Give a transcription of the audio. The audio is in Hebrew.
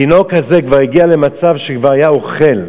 התינוק הזה כבר הגיע למצב שהיה אוכל,